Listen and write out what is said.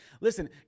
Listen